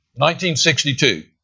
1962